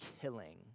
killing